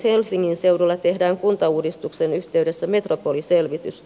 helsingin seudulla tehdään kuntauudistuksen yhteydessä metropoliselvitys